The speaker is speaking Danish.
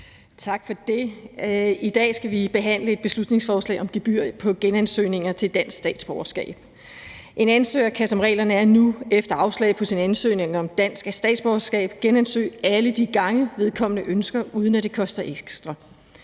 Tak for det. I dag skal vi behandle et beslutningsforslag om gebyr på genansøgninger til dansk statsborgerskab. En ansøger kan, som reglerne er nu, efter afslag på sin ansøgning om dansk statsborgerskab genansøge alle de gange, vedkommende ønsker det, uden at det koster ekstra.